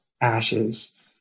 ashes